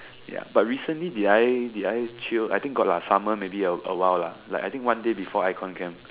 ya but recently did I did I chill I think got lah summer maybe a a while lah I think one day before icon camp